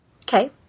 Okay